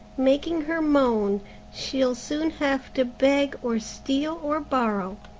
making her moan she'll soon have to beg, or steal, or borrow.